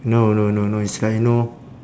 no no no no it's like you know